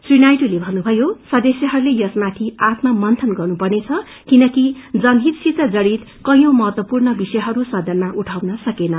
श्री नायडूले भन्नुभयो सदस्यहरूले यसमाथि आत्म मनीन गन्न पन्नेछ किनकि जनहिसति जड़ित कैंयौ महत्वपूर्ण विषय सदनमा उइाउन सकिएन